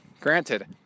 Granted